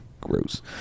gross